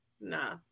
Nah